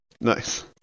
nice